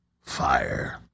Fire